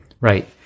Right